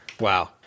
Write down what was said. Wow